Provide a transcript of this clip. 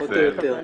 אני מתנצל.